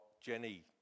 Jenny